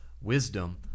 wisdom